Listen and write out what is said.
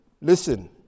listen